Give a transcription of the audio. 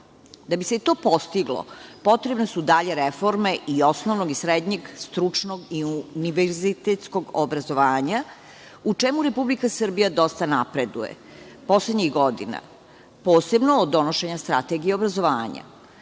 Da bi se to postiglo potrebne su dalje reforme i osnovnog i srednjeg stručnog i univerzitetskog obrazovanja, u čemu Republika Srbija dosta napreduje poslednjih godina, posebno od donošenja strategije obrazovanja.